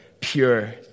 pure